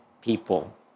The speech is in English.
people